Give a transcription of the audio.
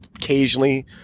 occasionally